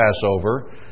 Passover